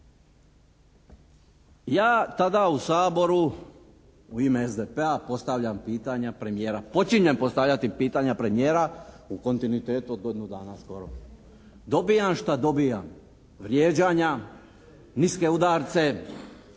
Ja tada u Saboru u ime SDP-a postavljam pitanja premijera, počinjem postavljati pitanja premijera u kontinuitetu od godinu dana skoro. Dobivam što dobivam – vrijeđanja, niske udarce,